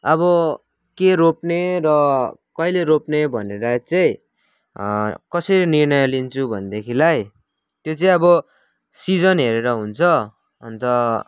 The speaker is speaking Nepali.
अब के रोप्ने र कहिले रोप्ने भनेर चाहिँ कसरी निर्णय लिन्छु भनेदेखिलाई त्यो चाहिँ अब सिजन हेरेर हुन्छ अन्त